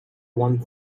one